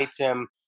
item